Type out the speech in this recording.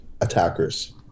attackers